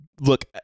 look